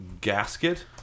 Gasket